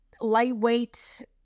lightweight